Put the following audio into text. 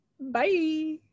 Bye